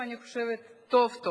אני חושבת טוב-טוב.